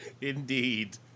Indeed